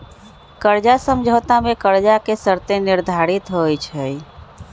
कर्जा समझौता में कर्जा के शर्तें निर्धारित होइ छइ